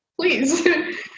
please